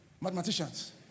Mathematicians